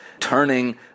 turning